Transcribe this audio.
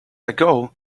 ago